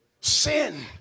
Sin